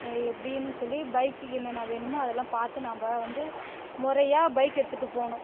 எப்படின் சொல்லி பைக்கிக்கு என்னென்ன வேணுமோ அதெல்லாம் பார்த்து நாம் வந்து முறையாக பைக் எடுத்துகிட்டு போகணும்